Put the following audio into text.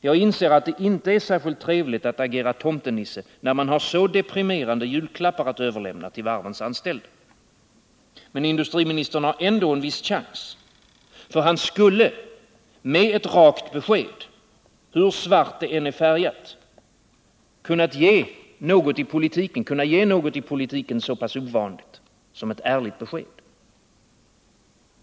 Jaginser att det inte är särskilt trevligt att agera tomtenisse, när man har så deprimerande julklappar att överlämna till varvens anställda. Men industriministern har ändå en viss chans. Han skulle med ett rakt besked, hur svart det än är färgat, kunna ge något i politiken så pass ovanligt som ett ärligt besked.